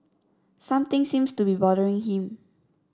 something seems to be bothering him